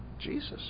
Jesus